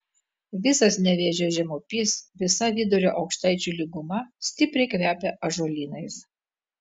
visas nevėžio žemupys visa vidurio aukštaičių lyguma stipriai kvepia ąžuolynais